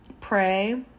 Pray